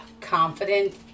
confident